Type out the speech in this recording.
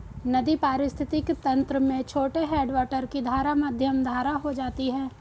नदी पारिस्थितिक तंत्र में छोटे हैडवाटर की धारा मध्यम धारा हो जाती है